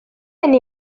mynd